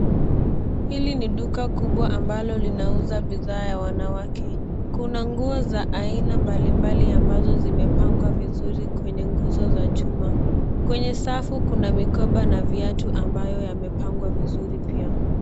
Hili ni duka kubwa ambalo linauza bidhaa ya wanawake. Kuna nguo za aina mbalimbali ambazo zimepangwa vizuri kwenye nguzo za chuma. Kwenye safu, kuna mikoba na viatu ambayo yamepangwa vizuri pia.